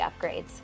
upgrades